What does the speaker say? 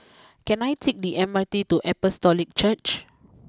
can I take the M R T to Apostolic Church